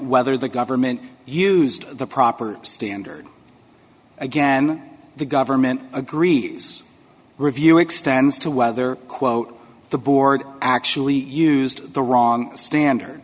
whether the government used the proper standard again the government agrees review extends to whether quote the board actually used the wrong standard